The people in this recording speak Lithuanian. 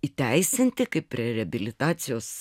įteisinti kaip prie reabilitacijos